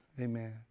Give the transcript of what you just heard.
Amen